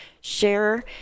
share